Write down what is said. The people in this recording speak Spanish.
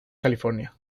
california